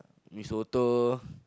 Mee-Soto